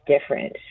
different